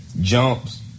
jumps